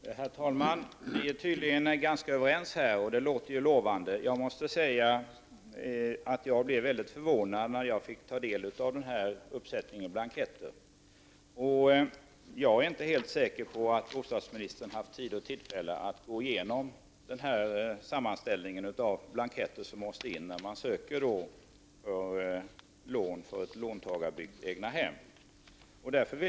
Herr talman! Vi är tydligen ganska överens, och det låter lovande. Jag blev mycket förvånad när jag fick ta del av denna uppsättning av blanketter. Jag är inte säker på att bostadsministern har haft tid och tillfälle att gå igenom denna sammanställning av blanketter som måste lämnas in när man söker lån för ett låntagarbyggt egnahem.